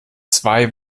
zwei